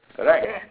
correct ya